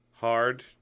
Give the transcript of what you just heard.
hard